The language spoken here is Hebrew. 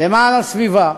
למען הסביבה,